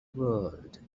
whirled